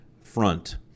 FRONT